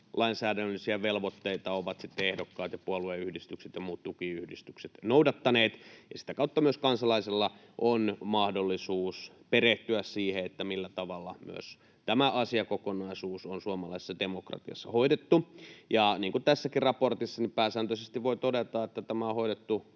lainsäädännöllisiä velvoitteita ovat ehdokkaat ja puolueyhdistykset ja muut tukiyhdistykset noudattaneet. Sitä kautta myös kansalaisilla on mahdollisuus perehtyä siihen, millä tavalla myös tämä asiakokonaisuus on suomalaisessa demokratiassa hoidettu. Niin kuin tässäkin raportissa, pääsääntöisesti voi todeta, että tämä on hoidettu